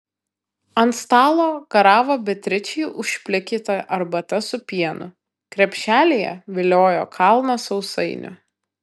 ant stalo garavo beatričei užplikyta arbata su pienu krepšelyje viliojo kalnas sausainių